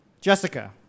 Jessica